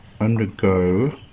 undergo